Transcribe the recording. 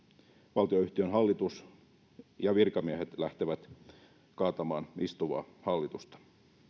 valtionyhtiön hallitus ja virkamiehet lähtevät kaatamaan istuvaa hallitusta